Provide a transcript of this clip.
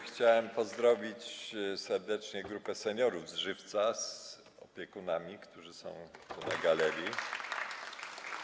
Chciałem pozdrowić serdecznie grupę seniorów z Żywca wraz z opiekunami, którzy są na galerii.